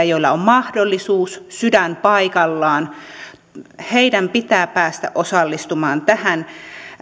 joilla on mahdollisuus sydän paikallaan pitää päästä osallistumaan tähän